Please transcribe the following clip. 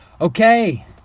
Okay